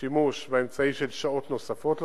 שימוש באמצעי של שעות נוספות לשוטרים,